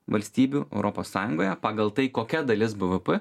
valstybių europos sąjungoje pagal tai kokia dalis bvp